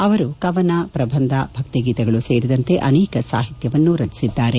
ಅವರು ಕವನ ಪ್ರಬಂಧಗಳು ಭಕ್ತಿಗೀತೆಗಳು ಸೇರಿದಂತೆ ಅನೇಕ ಸಾಹಿತ್ಸವನ್ನೂ ರಚಿಸಿದ್ಲಾರೆ